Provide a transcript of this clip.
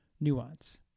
nuance